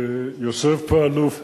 יושב פה האלוף פלד,